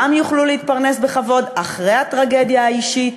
וגם יוכלו להתפרנס בכבוד אחרי הטרגדיה האישית